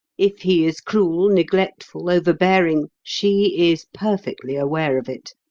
if he is cruel, neglectful, overbearing, she is perfectly aware of it.